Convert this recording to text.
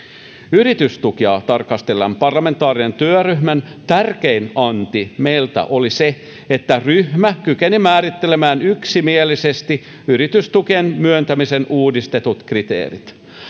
yritystukia tarkastelleen parlamentaarisen työryhmän tärkein anti meiltä oli se että ryhmä kykeni määrittelemään yksimielisesti yritystukien myöntämisen uudistetut kriteerit